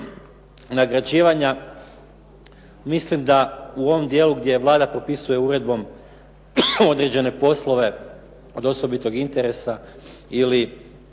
nagrađivanja, mislim da u ovom djelu gdje Vlada propisuje uredbom određene poslove od osobitog interesa ili